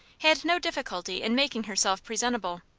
had no difficulty in making herself presentable.